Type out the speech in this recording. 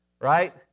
right